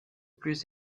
plus